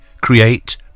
create